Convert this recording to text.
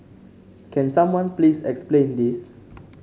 can someone please explain this